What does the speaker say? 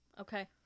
okay